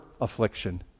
affliction